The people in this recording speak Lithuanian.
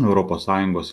europos sąjungos